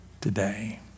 today